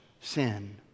sin